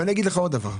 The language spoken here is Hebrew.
עוד דבר.